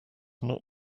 not